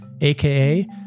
AKA